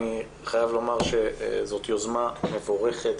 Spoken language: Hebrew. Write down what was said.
אני חייב לומר שזאת יוזמה מבורכת,